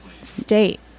state